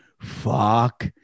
Fuck